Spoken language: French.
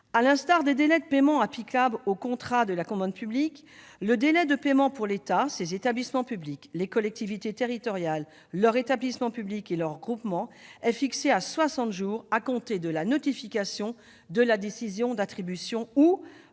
À l'instar des délais de paiement applicables aux contrats de la commande publique, le délai de paiement pour l'État, ses établissements publics, les collectivités territoriales, leurs établissements publics et leurs groupements est fixé à soixante jours à compter de la notification de la décision d'attribution ou,